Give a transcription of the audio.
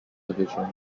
division